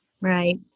Right